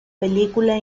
película